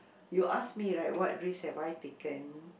you ask me right what risk have I taken